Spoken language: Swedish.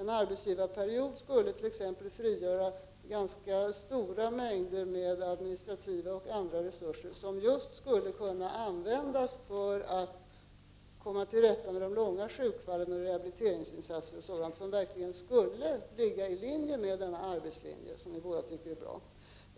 En arbetsgivarperiod skulle t.ex. kunna frigöra ganska stora mängder administrativa och andra resurser som just skulle kunna användas för att komma till rätta med de långa sjukfallen och till rehabiliteringsinsatser m.m. som verkligen skulle ligga i linje med denna = Prot. 1989/90:34 arbetslinje som vi båda tycker är bra.